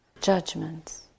judgments